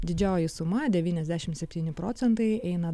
didžioji suma devyniasdešimt septyni procentai eina